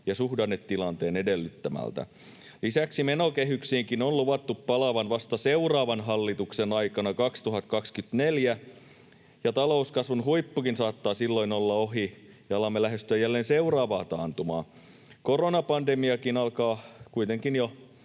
ja suhdannetilanteen edellyttämältä? Lisäksi menokehyksiinkin on luvattu palattavan vasta seuraavan hallituksen aikana 2024. Talouskasvun huippukin saattaa silloin olla ohi, ja alamme lähestyä jälleen seuraavaa taantumaa. Koronapandemiakin alkaa kuitenkin jo